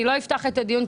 אני לא אפתח את הדיון,